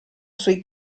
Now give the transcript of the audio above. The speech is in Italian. sui